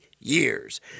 years